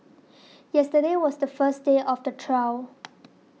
yesterday was the first day of the trial